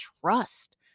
trust